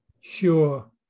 Sure